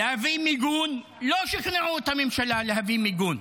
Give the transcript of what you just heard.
להביא מיגון, לא שכנעו את הממשלה להביא מיגון.